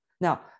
Now